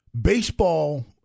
Baseball